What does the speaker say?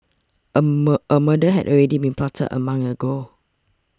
a a murder had already been plotted a month ago